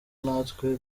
natwe